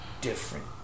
different